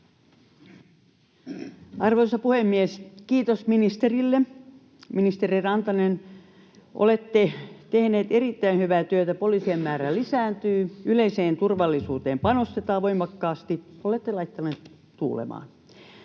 Arvoisa puhemies! Kiitos ministerille. Ministeri Rantanen, olette tehnyt erittäin hyvää työtä: poliisien määrä lisääntyy, ja yleiseen turvallisuuteen panostetaan voimakkaasti — olette laittanut tuulemaan.